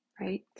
right